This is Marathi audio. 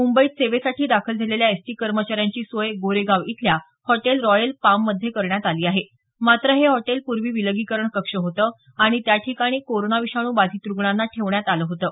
मुंबईत सेवेसाठी दाखल झालेल्या एसटी कर्मचाऱ्यांची सोय गोरेगाव इथल्या हॉटेल रॉयल पाममध्ये करण्यात आली आहे मात्र हे हॉटेल पूर्वी विलगीकरण कक्ष होतं आणि त्याठिकाणी कोरोना विषाणू बाधित रुग्णांना ठेवण्यात आलं होतं